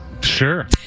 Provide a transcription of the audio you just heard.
Sure